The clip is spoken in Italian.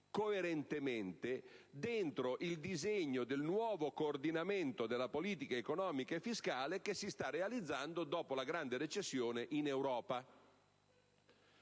coerentemente nel disegno del nuovo coordinamento della politica economica e fiscale che si sta realizzando dopo la grande recessione in Europa.